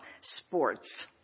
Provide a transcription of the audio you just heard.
sports